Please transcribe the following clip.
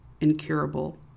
incurable